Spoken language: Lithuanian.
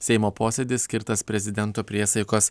seimo posėdis skirtas prezidento priesaikos